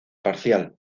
parcial